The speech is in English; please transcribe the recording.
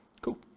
Cool